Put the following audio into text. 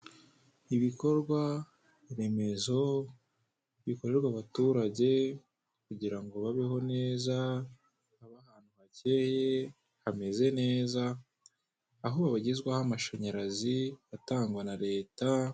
Ibikorwaremezo bikorerwa abaturage kugira ngo babeho neza , babe ahantu hakeye hameze neza aho babagezwaho amashanyarazi atangwa na leta.